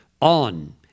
on